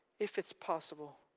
if it's possible,